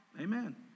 Amen